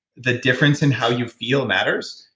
the difference in how you feel matters,